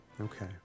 Okay